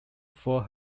for